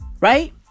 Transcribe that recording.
Right